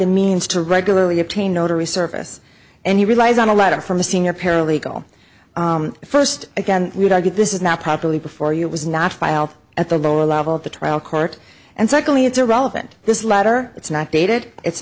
the means to regularly obtain notary service and he relies on a letter from a senior paralegal the first again we don't get this is not properly before you it was not filed at the lower level of the trial court and secondly it's irrelevant this letter it's not dated it's